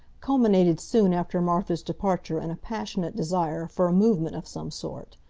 culminated soon after martha's departure in a passionate desire for a movement of some sort.